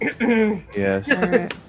yes